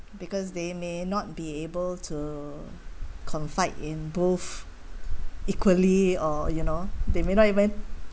because they may not be able to confide in both equally or you know they may not even